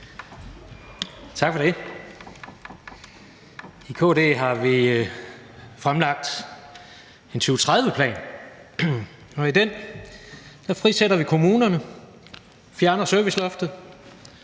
Tak for det. I KD har vi fremlagt en 2030-plan, og i den frisætter vi kommunerne, fjerner serviceloftet